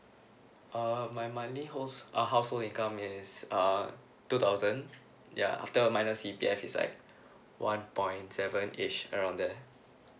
uh my my main host uh household income is uh two thousand ya after minus C_P_F is like one point sevenish around there